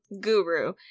guru